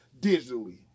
digitally